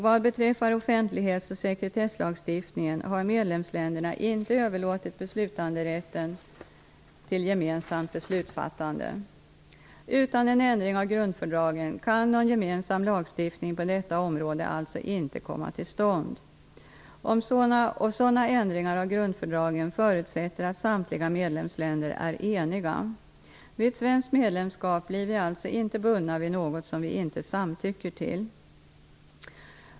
Vad beträffar offentlighets och sekretesslagstiftningen har medlemsländerna inte överlåtit beslutanderätten till gemensamt beslutsfattande. Utan en ändring av grundfördragen kan någon gemensam lagstiftning på detta område alltså inte komma till stånd. Sådana ändringar av grundfördragen förutsätter att samtliga medlemsländer är eniga. Vid ett svenskt medlemskap blir vi alltså inte bundna vid något som vi inte samtycker till.